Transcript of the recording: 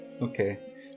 Okay